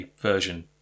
version